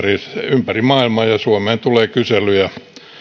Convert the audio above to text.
ympäri maailmaa ja suomeen tulee kyselyjä